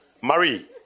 Marie